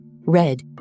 red